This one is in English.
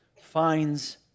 Finds